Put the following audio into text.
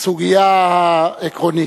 בסוגיה העקרונית.